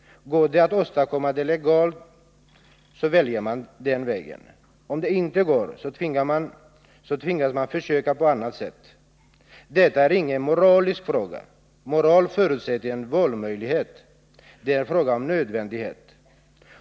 Går det att åstadkomma på legal väg, så väljer man den vägen. Om det inte går, tvingas man försöka på annat sätt. Detta är ingen moralisk fråga — moral förutsätter en valmöjlighet. Det är en fråga om nödvändighet.